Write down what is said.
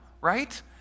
right